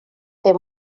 fer